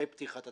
לפתיחת התחנה,